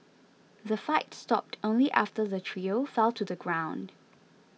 the fight stopped only after the trio fell to the ground